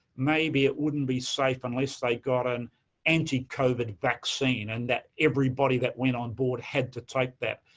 maybe it wouldn't be safe, unless they've got an anti-covid vaccine and that everybody that went on board had to take that.